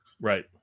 Right